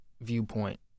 viewpoint